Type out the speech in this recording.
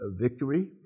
victory